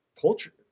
culture